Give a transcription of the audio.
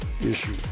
issue